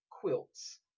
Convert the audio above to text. quilts